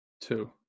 Two